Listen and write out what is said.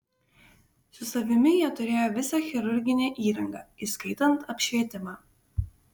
su savimi jie turėjo visą chirurginę įrangą įskaitant apšvietimą